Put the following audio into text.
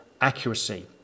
accuracy